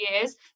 years